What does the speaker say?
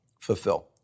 fulfill